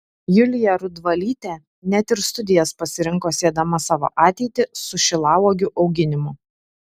julija rudvalytė net ir studijas pasirinko siedama savo ateitį su šilauogių auginimu